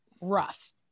rough